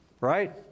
Right